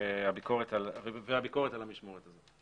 והביקורת על המשמורת הזאת.